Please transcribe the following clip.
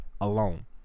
alone